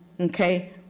Okay